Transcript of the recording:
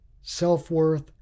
self-worth